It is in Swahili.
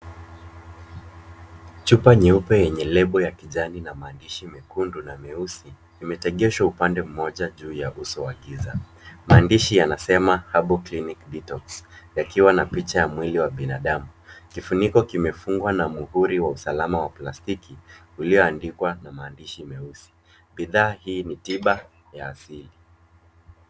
Chupa nyeupe yenye lebo ya kijani na maandishi mekundu na meusi imetegeshwa upande mmoja juu ya uso wa giza. Maandishi yanasema, Herbal clinic detox , yakiwa na picha ya mwili wa binadamu. Kifuniko kimefungwa na muhuri wa usalama wa plastiki, ulioandikwa na maandishi meusi. Bidhaa hii ni tiba, ya asili.